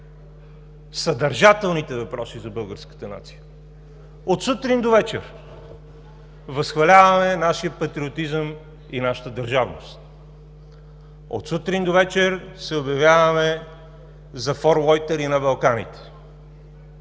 съдържателните въпроси за българската нация. От сутрин до вечер възхваляваме нашия патриотизъм. От сутрин до вечер се обявяваме за форлойтери на Балканите.